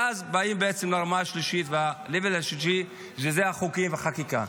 ואז באים בעצם לרמה השלישית, שזה החוקים והחקיקה.